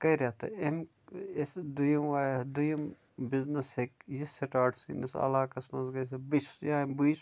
کٔرِتھ أمۍ أسۍ دوٚیِم دوٚیِم بِزنیٚس ہیٚکہِ یہِ سٹارٹ سٲنِس علاقَس منٛز گژھٕتھ بہٕ چھُس ٲں یا بہٕ چھُس